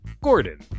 Gordon